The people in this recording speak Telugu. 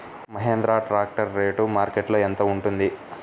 మహేంద్ర ట్రాక్టర్ రేటు మార్కెట్లో యెంత ఉంటుంది?